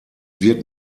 wird